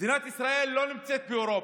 מדינת ישראל לא נמצאת באירופה.